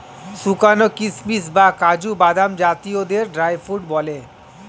শুকানো কিশমিশ বা কাজু বাদাম জাতীয়দের ড্রাই ফ্রুট বলে